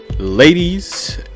Ladies